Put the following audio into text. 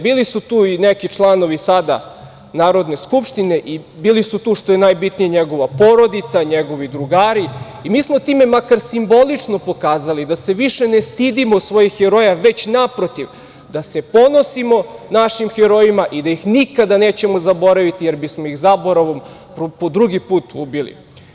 Bili su tu i neki članovi sada Narodne skupštine i bili su tu, što je najbitnije, njegova porodica, njegovi drugari i mi smo time makar simbolično pokazali da se više ne stidimo svojih heroja, već naprotiv da se ponosimo našim herojima i da ih nikada nećemo zaboraviti jer bismo ih zaboravom po drugi put ubili.